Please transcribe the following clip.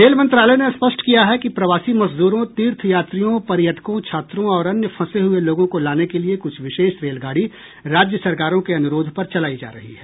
rail मंत्रालय ने स्पष्ट किया है कि प्रवासी मजदूरों तीर्थयात्रियों पर्यटकों छात्रों और अन्य फंसे हुए लोगों को लाने के लिए कुछ विशेष रेलगाड़ी राज्य सरकारों के अनुरोध पर चलाई जा रही हैं